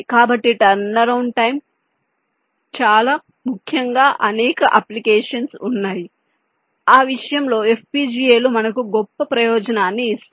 కాబట్టి turnaround time చాలా ముఖ్యంగా అనేక అప్లికేషన్స్ ఉన్నాయి ఆ విషయంలో FPGA లు మనకు గొప్ప ప్రయోజనాన్ని ఇస్తాయి